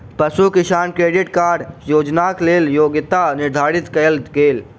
पशु किसान credit card योजनाक लेल योग्यता निर्धारित कयल गेल